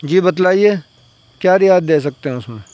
جی بتلائیے کیا رعایت دے سکتے ہیں اس میں